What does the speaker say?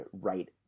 right